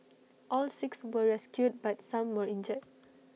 all six were rescued but some were injured